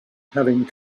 having